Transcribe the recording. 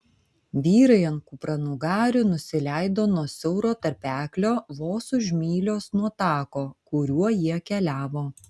vyrai ant kupranugarių nusileido nuo siauro tarpeklio vos už mylios nuo tako kuriuo jie keliavo